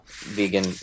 vegan